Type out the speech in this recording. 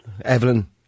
Evelyn